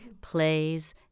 plays